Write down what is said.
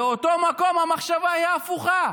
באותו מקום, המחשבה היא הפוכה,